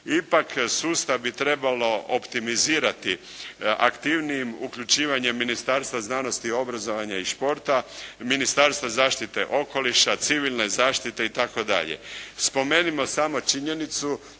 Ipak sustav bi trebalo optimizirati aktivnijim uključivanjem Ministarstva znanosti, obrazovanja i športa, Ministarstva zaštite okoliša, civilne zaštite itd. Spomenimo samo činjenicu